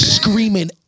Screaming